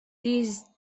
these